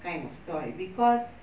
kind of story because